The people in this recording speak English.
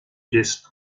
guest